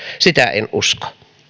sitä en usko